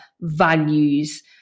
values